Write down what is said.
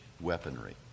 weaponry